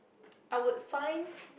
I would find